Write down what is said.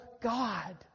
God